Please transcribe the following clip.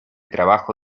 trabajo